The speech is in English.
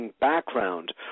background